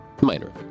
Minor